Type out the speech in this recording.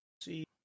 See